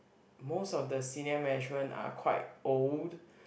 most of the senior management are quite old